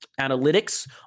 analytics